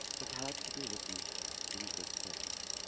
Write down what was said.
it had to be written in good faith.